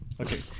Okay